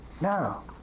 now